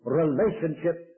relationship